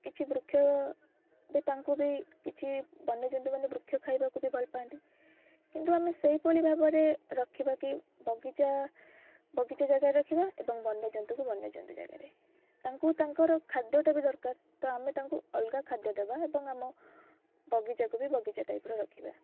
କିଛି ବୃକ୍ଷ ବି ତାଙ୍କୁବି କିଛି ବନ୍ୟଜନ୍ତୁମାନେ ବୃକ୍ଷ ଖାଇବାକୁବି ଭଲ ପାଆନ୍ତି କିନ୍ତୁ ଆମେ ସେଇଭଳି ଭାବରେ ରଖିବାକି ବଗିଚା ବଗିଚା ଜାଗାରେ ରଖିବା ଏବଂ ବନ୍ୟଜନ୍ତୁଙ୍କୁ ବନ୍ୟଜନ୍ତୁଙ୍କ ଜାଗାରେ ତାଙ୍କୁ ତାଙ୍କର ଖାଦ୍ୟଟାବି ଦରକାର ତ ଆମେ ତାଙ୍କୁ ଅଲଗା ଖାଦ୍ୟ ଦୋବା ଆଉ ଏବଂ ଆମ ବଗିଚାକୁବି ବଗିଚା ଟାଇପ୍ର ରଖିବା